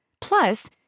Plus